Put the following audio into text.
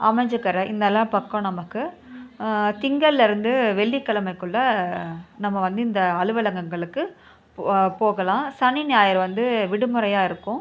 அமைஞ்சிக்கரை இதெல்லாம் பக்கம் நமக்கு திங்கள்ல இருந்து வெள்ளி கிலமைக்குள்ள நம்ம வந்து இந்த அலுவலகங்களுக்கு போகலாம் சனி ஞாயிறு வந்து விடுமுறையாக இருக்கும்